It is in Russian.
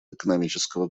экономического